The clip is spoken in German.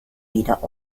weder